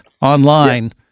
online